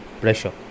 pressure